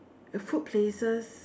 uh food places